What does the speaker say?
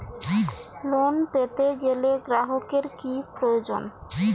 Loan পেতে গেলে গ্রাহকের কি প্রয়োজন?